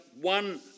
one